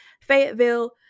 Fayetteville